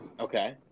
Okay